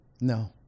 No